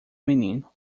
menino